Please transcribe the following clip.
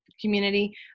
community